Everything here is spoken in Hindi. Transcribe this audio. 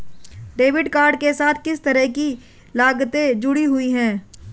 डेबिट कार्ड के साथ किस तरह की लागतें जुड़ी हुई हैं?